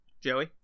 joey